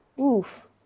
Oof